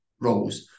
roles